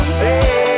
say